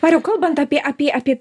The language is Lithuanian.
mariau kalbant apie apie apie